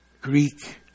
Greek